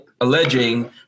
alleging